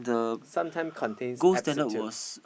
some time contains asbestos